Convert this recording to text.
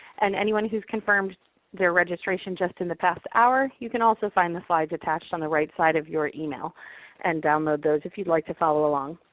and anyone who's confirmed their registration just in the past hour, you can also find the slides attached on the right side of your email and download those if you'd like to follow along.